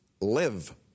live